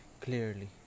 clearly